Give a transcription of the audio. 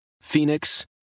Phoenix